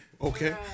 okay